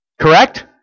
Correct